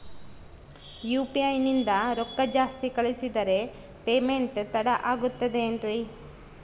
UPI ನಿಂದ ರೊಕ್ಕ ಜಾಸ್ತಿ ಕಳಿಸಿದರೆ ಪೇಮೆಂಟ್ ತಡ ಆಗುತ್ತದೆ ಎನ್ರಿ?